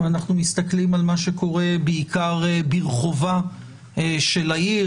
ואנחנו מסתכלים על מה שקורה בעיקר ברחובה של העיר,